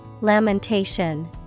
Lamentation